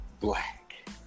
black